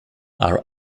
are